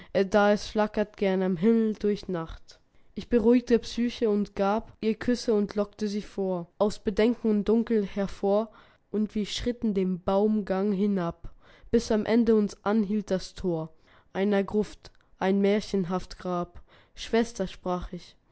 da es flackert gen himmel durch nacht ich beruhigte psyche und gab ihr küsse und lockte sie vor aus bedenken und dunkel hervor und wir schritten den baumgang hinab bis am ende uns anhielt das tor einer gruft ein märchenhaft grab schwester sprach ich